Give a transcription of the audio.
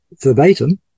verbatim